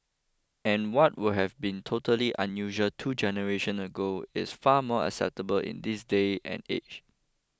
and what would have been totally unusual two generation ago is far more acceptable in this day and age